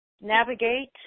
navigate